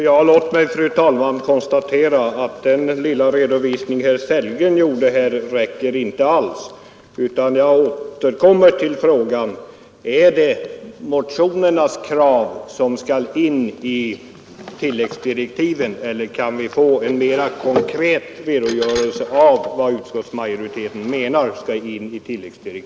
Fru talman! Låt mig konstatera att den lilla redovisning som herr Sellgren gjorde inte alls räcker. Jag återkommer med frågan: Är det motionernas krav som skall in i tilläggsdirektiven, eller kan vi få en mera konkret redogörelse för vad utskottsmajoriteten menar skall in i dem?